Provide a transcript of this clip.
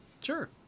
Sure